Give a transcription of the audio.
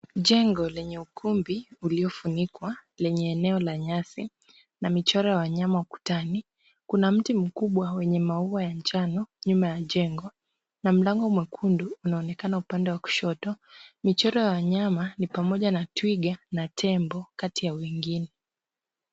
Jengo lenye ukumbi uliofunikwa lenye eneo la nyasi, ba michoro ya wanyama ukutani, kuna mti mkubwa wenye maua ya njano nnje ya jengo, na mlango wa jengo unaonekana nyuma ya jengo. Michoro ya wanyama ni kati ya tembo na twiga kati ya wengine.